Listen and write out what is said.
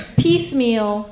piecemeal